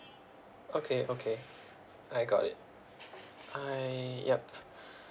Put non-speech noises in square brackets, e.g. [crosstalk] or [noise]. okay okay I got it I yup [breath]